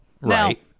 right